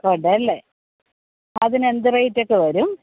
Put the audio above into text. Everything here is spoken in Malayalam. ഉണ്ടല്ലേ അതിന് എന്ത് റേറ്റ് ഒക്കെ വരും